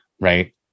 right